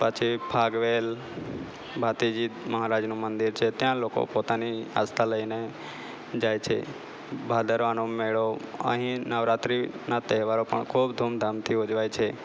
પછી ફાગવેલ ભાથીજી મહારાજનું મંદિર છે ત્યાં લોકો પોતાની આસ્થા લઈને જાય છે ભાદરવાનો મેળો અહીં નવરાત્રિના તહેવાર પણ ખૂબ ધૂમધામથી ઉજવાય છે